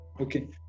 Okay